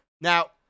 Now